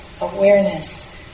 awareness